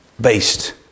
based